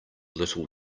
little